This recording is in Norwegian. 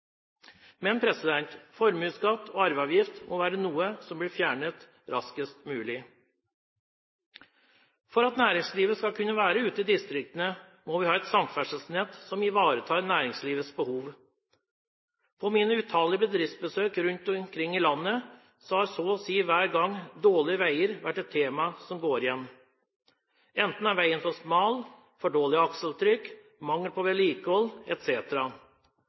Men formuesskatt og arveavgift må være noe som bør fjernes raskest mulig. For at næringslivet skal kunne være ute i distriktene, må vi ha et samferdselsnett som ivaretar næringslivets behov. På mine utallige bedriftsbesøk rundt omkring i landet har så å si hver gang dårlige veier vært et tema som går igjen – enten er veien for smal, har for dårlig akseltrykk, det er mangel på vedlikehold,